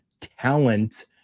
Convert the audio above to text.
talent